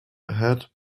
head